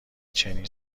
چنین